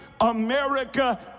America